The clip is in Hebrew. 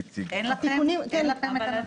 אני אומרת את זה גם כדי שמשרד התחבורה יהיה ערוך